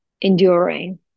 enduring